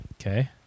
Okay